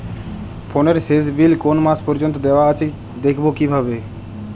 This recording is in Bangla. ফোনের শেষ বিল কোন মাস পর্যন্ত দেওয়া আছে দেখবো কিভাবে?